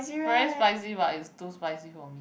very spicy but it's too spicy for me